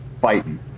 fighting